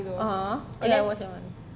(uh huh) cause I watched that [one]